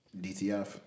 DTF